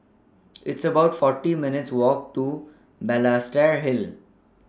It's about forty minutes' Walk to Balestier Hill